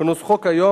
כנוסחו כיום,